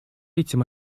этим